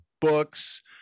books